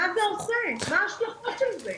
מה זה עושה ומה ההשלכות של זה?